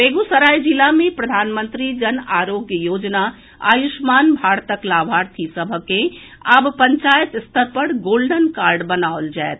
बेगूसराय जिला मे प्रधानमंत्री जन आरोग्य योजना आयुष्मान भारतक लाभार्थी सभ के आब पंचायत स्तर पर गोल्डन कार्ड बनाओल जायत